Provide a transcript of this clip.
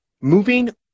Moving